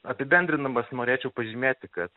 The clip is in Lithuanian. apibendrindamas norėčiau pažymėti kad